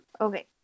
Okay